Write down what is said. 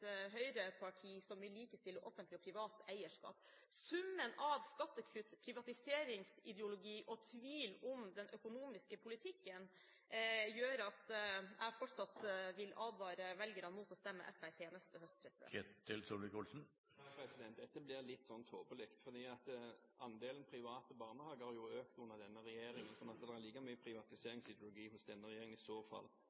høyreparti som vil likestille offentlig og privat eierskap. Summen av skattekutt, privatiseringsideologi og tvil om den økonomiske politikken gjør at jeg fortsatt vil advare velgerne mot å stemme Fremskrittspartiet neste høst. Dette blir litt tåpelig. Andelen private barnehager har økt under denne regjeringen, så i så fall er det like mye